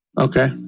Okay